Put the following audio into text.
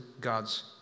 God's